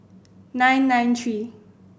nine nine three